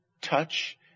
touch